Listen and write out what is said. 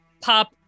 pop